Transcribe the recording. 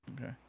Okay